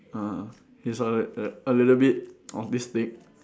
ah ah he's a a a little bit autistic